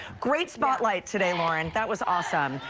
great spotlight today, lauren. that was awesome.